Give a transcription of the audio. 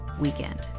weekend